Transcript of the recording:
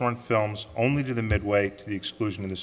foreign films only to the midway to the exclusion of the